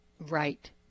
Right